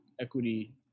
equity